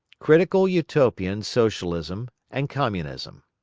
critical-utopian socialism and communism